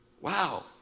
Wow